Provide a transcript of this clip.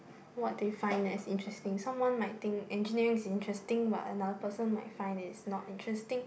what define as interesting someone might think engineering is interesting while another person might find it's not interesting